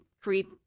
create